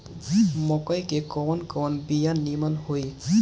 मकई के कवन कवन बिया नीमन होई?